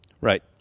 Right